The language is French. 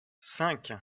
cinq